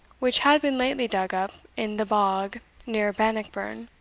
which had been lately dug up in the bog near bannockburn,